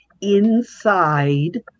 inside